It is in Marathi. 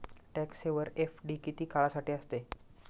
टॅक्स सेव्हर एफ.डी किती काळासाठी असते?